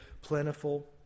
plentiful